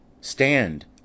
Stand